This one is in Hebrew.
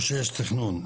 או שיש תכנון,